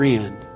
end